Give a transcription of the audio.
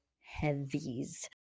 heavies